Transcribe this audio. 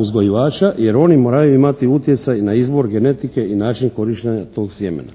uzgojivača, jer oni moraju imati utjecaj na izvor genetike i način korištenja tog sjemena.